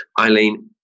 Eileen